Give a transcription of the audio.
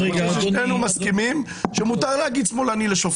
אני חושב ששנינו מסכימים שמותר להגיד "שמאלני" לשופט.